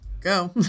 go